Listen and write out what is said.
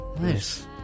Nice